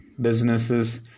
businesses